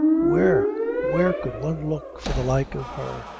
where where could one look for the like of her!